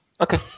Okay